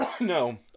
No